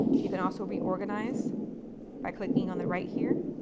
you can also reorganize by clicking on the right here,